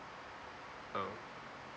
oh